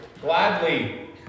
gladly